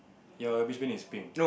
your rubbish bin is pink